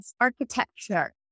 architecture